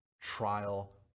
trial